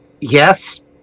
Yes